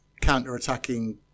counter-attacking